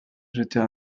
jeter